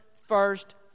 first